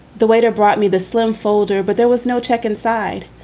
the waiter brought me the slim folder, but there was no check inside.